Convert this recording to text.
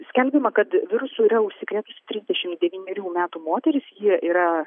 skelbiama kad virusu yra užsikrėtusi trisdešimt devynerių metų moteris ji yra